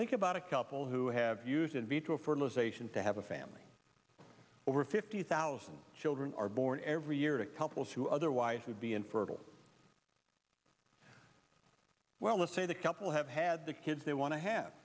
think about a couple who have used in vitro fertilization to have a family over fifty thousand children are born every year to couples who other a wife would be infertile well let's say the couple have had the kids they want to have